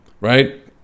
right